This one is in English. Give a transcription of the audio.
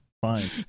Fine